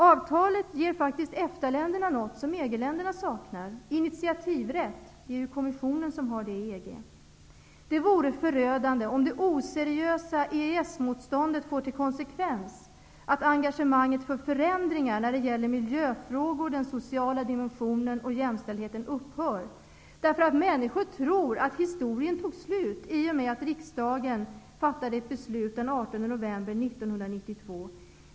Avtalet ger faktiskt EFTA länderna något som EG-länderna saknar, nämligen initiativrätt. I EG är det ju kommissionen som har denna rätt. Det vore förödande om konsekvensen av det oseriösa EES-motståndet blir att engagemanget för förändringar upphör när det gäller miljöfrågorna, den sociala dimensionen och jämställdheten, därför att människor tror att historien tar slut i och med riksdagens beslut den 18 november 1992.